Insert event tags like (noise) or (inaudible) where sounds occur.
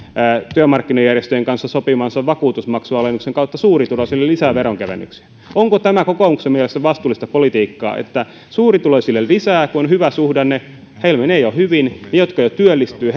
työmarkkinajärjestöjen kanssa sopimansa vakuutusmaksualennuksen kautta suurituloisille lisää veronkevennyksiä onko tämä kokoomuksen mielestä vastuullista politiikkaa että suurituloisille lisää kun on hyvä suhdanne heillä menee jo hyvin he jotka jo työllistyvät (unintelligible)